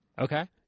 Okay